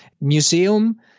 museum